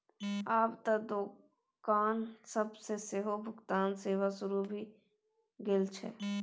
आब त दोकान सब मे सेहो भुगतान सेवा शुरू भ गेल छै